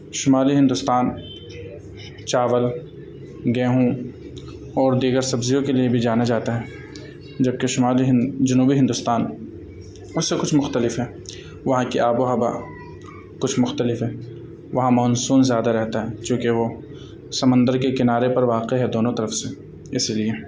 شمالی ہندوستان چاول گیہوں اور دیگر سبزیوں کے لیے بھی جانا جاتا ہے جبکہ شمالی جنوبی ہندوستان اس سے کچھ مختلف ہیں وہاں کی آب و ہوا کچھ مختلف ہے وہاں مانسون زیادہ رہتا ہے چونکہ وہ سمندر کے کنارے پر واقع ہے دونوں طرف سے اسی لیے